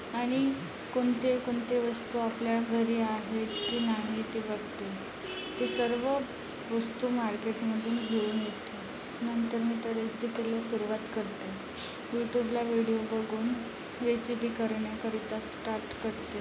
आणि कोणते कोणते वस्तू आपल्या घरी आहेत की नाही ते बघते ते सर्व वस्तू मार्केटमधून घेऊन येते नंतर मी त्या रेसिपीला सुरुवात करते यूट्यूबला विडिओ बघून रेसिपी करण्याकरिता स्टार्ट करते